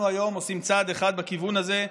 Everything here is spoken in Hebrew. ואנחנו היום עושים צעד אחד בכיוון הזה,